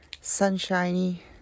sunshiny